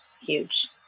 huge